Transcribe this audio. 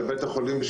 לבית החולים,